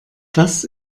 das